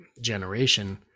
generation